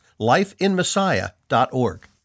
lifeinmessiah.org